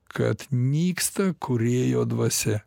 kad nyksta kūrėjo dvasia